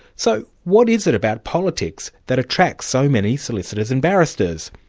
so what is it about politics that attracts so many solicitors and barristers?